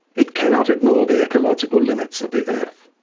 it cannot ignore the ecological limits of the earth.